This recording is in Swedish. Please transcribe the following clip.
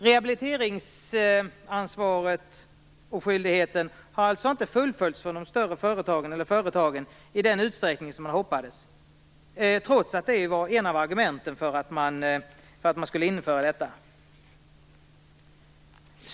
Rehabiliteringsskyldigheten har alltså inte fullföljts av de större företagen i den utsträckning man hoppades, trots att det var ett av argumenten för att införa systemet.